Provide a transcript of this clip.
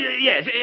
yes